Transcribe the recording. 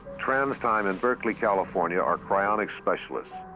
trans time in berkeley, california, are cryonic specialists.